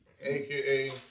aka